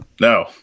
No